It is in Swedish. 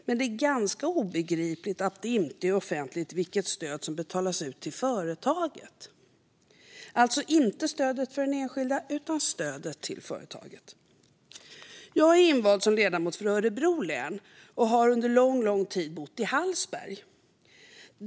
Men det är ganska obegripligt att det inte är offentligt vilket stöd som betalas ut till företagen, alltså inte stödet till den enskilde utan stödet till företaget. Jag är invald som ledamot för Örebro län och under lång tid bott i Hallsberg.